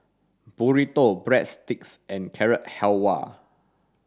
Burrito Breadsticks and Carrot Halwa